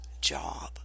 job